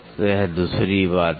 तो यह दूसरी बात है